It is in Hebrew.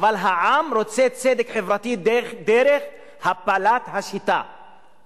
אבל העם רוצה צדק חברתי דרך הפלת השיטה,